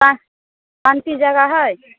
parking parking जगह हय